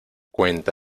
cuenta